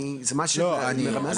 אני, זה משהו שאני לא מבין.